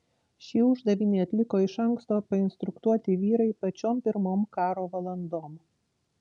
šį uždavinį atliko iš anksto painstruktuoti vyrai pačiom pirmom karo valandom